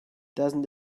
doesn’t